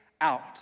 out